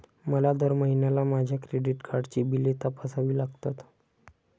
मला दर महिन्याला माझ्या क्रेडिट कार्डची बिले तपासावी लागतात